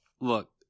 look